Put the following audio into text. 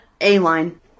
A-line